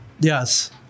Yes